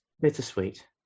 bittersweet